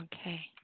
Okay